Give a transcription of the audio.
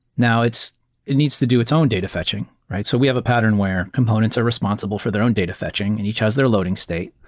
now it needs to do its own data fetching, right? so we have a pattern where components are responsible for their own data fetching and each has their loading state.